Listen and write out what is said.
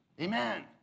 Amen